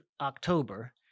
October